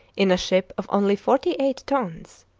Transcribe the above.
in a ship of only forty-eight tons,